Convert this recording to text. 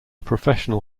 professional